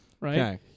right